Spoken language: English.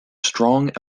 strong